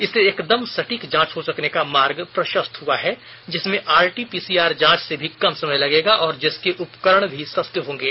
इससे एकदम सटीक जांच हो सकने का मार्ग प्रशस्त हुआ है जिसमें आरटी पीसीआर जांच से भी कम समय लगेगा और जिसके उपकरण भी सस्ते होंगे